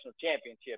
championship